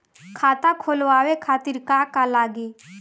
खाता खोलवाए खातिर का का लागी?